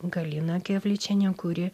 galina gevličienė kuri